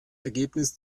ergebnis